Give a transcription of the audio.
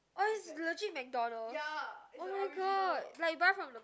oh it's legit McDonald's oh-my-god like buy from the